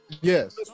Yes